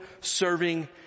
serving